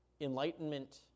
enlightenment